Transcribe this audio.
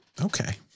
Okay